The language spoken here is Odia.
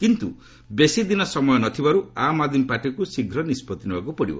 କିନ୍ତୁ ବେଶୀଦିନ ସମୟ ନଥିବାରୁ ଆମ୍ ଆଦ୍ମୀ ପାର୍ଟିକୁ ଶୀଘ୍ର ନିଷ୍ପଭି ନେବାକୁ ପଡ଼ିବ